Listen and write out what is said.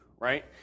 Right